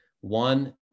one